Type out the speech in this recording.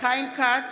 חיים כץ,